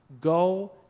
Go